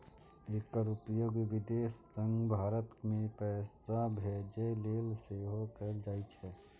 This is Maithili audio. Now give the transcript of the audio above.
एकर उपयोग विदेश सं भारत मे पैसा भेजै लेल सेहो कैल जाइ छै